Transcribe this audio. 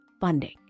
funding